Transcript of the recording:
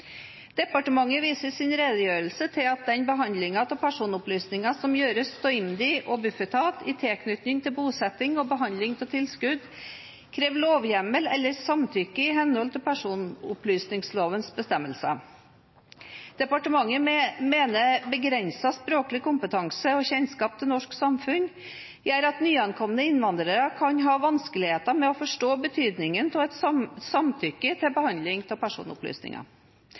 Departementet viser i sin redegjørelse til at den behandlingen av personopplysninger som gjøres av IMDi og Bufetat i tilknytning til bosetting og behandling av tilskudd, krever lovhjemmel eller samtykke i henhold til personopplysningslovens bestemmelser. Departementet mener begrenset språklig kompetanse og kjennskap til det norske samfunnet gjør at nyankomne innvandrere kan ha vanskeligheter med å forstå betydningen av et samtykke til behandling av personopplysninger.